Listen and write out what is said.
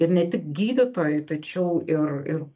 ir ne tik gydytojai tačiau ir ir